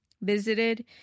visited